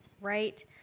right